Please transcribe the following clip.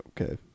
Okay